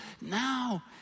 Now